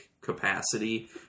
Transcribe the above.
capacity